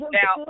now